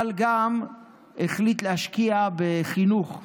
אבל גם החליט להשקיע בחינוך בשכונות,